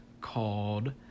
called